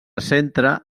centra